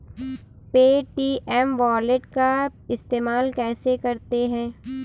Paytm wallet का इस्तेमाल कैसे करते हैं?